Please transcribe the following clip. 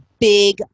big